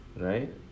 right